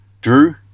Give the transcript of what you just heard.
Drew